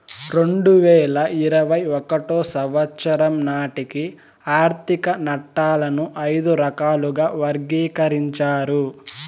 రెండు వేల ఇరవై ఒకటో సంవచ్చరం నాటికి ఆర్థిక నట్టాలను ఐదు రకాలుగా వర్గీకరించారు